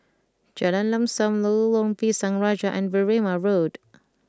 Jalan Lam Sam Lorong Pisang Raja and Berrima Road